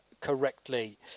correctly